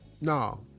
No